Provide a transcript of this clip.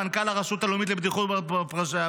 מנכ"ל הרשות הלאומית לבטיחות בדרכים,